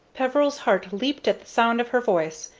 peveril's heart leaped at the sound of her voice,